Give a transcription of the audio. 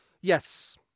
Yes